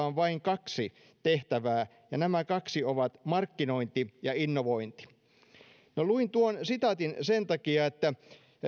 on vain kaksi tehtävää ja nämä kaksi ovat markkinointi ja innovointi no luin tuon sitaatin sen takia että